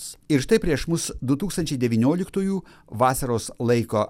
ir štai prieš mus du tūkstančiai devynioliktųjų vasaros laiko